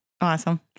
Awesome